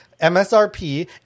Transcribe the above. MSRP